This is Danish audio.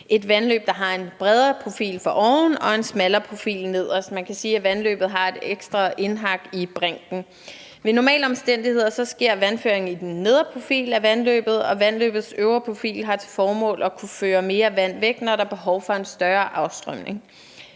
et vandløb, der har en bredere profil foroven og en smallere profil nederst. Man kan sige, at vandløbet har et ekstra indhak i brinken. Under normale omstændigheder sker vandføringen i den nedre profil af vandløbet, og vandløbets øvre profil har til formål at kunne føre mere vand væk, når der er behov for en større afstrømning.